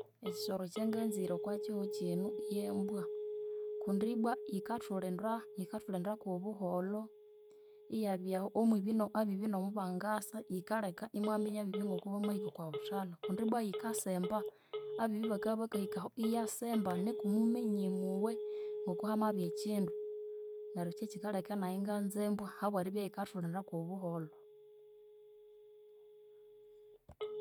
Ekisoro ekyanganzire oko kihugho kino y'embwa, kundi ibbwa yikathulhinda, yikathulhinda k'obuholho, iyabyaho, omwibi, abibi n'omubangasa yikalheka imwaminya abibi ng'okobamahika oko buthalha kundi ibbwa yikasemba, abibi bakabya bakahikaho iyasemba nuko muminye mowe ng'okuhamabya ekindu neryo ky'ekikalheka nayi inganza embwa habw'eribya yikathulinda k'obuholho.